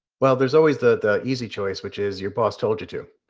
well there's always the easy choice, which is your boss told you to.